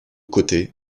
côté